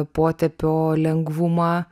potepio lengvumą